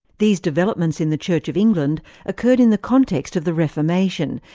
these developments in the church of england occurred in the context of the reformation,